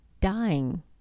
Dying